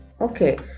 okay